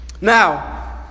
Now